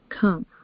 come